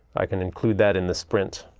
i can include that in the sprint.